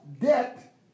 debt